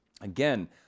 Again